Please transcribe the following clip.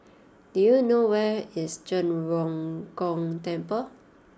do you know where is Zhen Ren Gong Temple